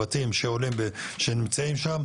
הבתים שנמצאים שם,